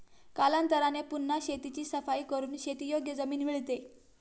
कालांतराने पुन्हा शेताची सफाई करून शेतीयोग्य जमीन मिळते